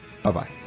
Bye-bye